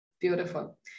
Beautiful